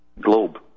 Globe